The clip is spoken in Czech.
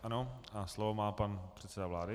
Ano a slovo má pan předseda vlády.